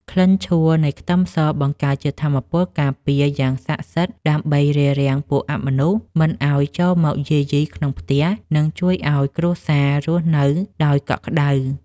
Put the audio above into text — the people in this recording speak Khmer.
ក្លិនឆួលនៃខ្ទឹមសបង្កើតជាថាមពលការពារយ៉ាងស័ក្តិសិទ្ធិដើម្បីរារាំងពួកអមនុស្សមិនឱ្យចូលមកយាយីក្នុងផ្ទះ និង ជួយឱ្យគ្រួសាររស់នៅដោយកក់ក្តៅ។